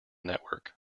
network